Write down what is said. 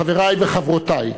חברי וחברותי,